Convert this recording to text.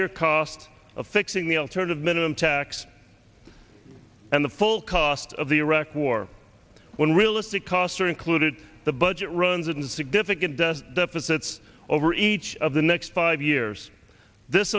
year cost of fixing the alternative minimum tax and the full cost of the iraq for when realistic costs are included the budget runs in significant deficits over each of the next five years this